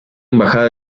embajada